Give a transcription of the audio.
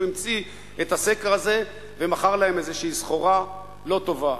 המציא את הסקר הזה ומכר להם איזושהי סחורה לא טובה.